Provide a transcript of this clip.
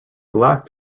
black